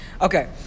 Okay